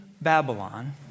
Babylon